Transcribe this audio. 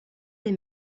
des